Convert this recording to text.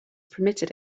permitted